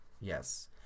yes